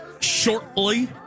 shortly